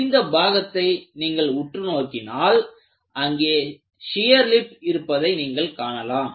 முறிந்த பாகத்தை நீங்கள் உற்று நோக்கினால் அங்கே சியர் லிப் இருப்பதை நீங்கள் காணலாம்